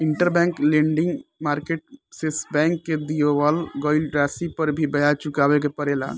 interbank lending market से bank के दिअवावल गईल राशि पर भी ब्याज चुकावे के पड़ेला